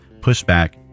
pushback